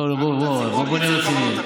לא, לא, בוא נהיה רציניים.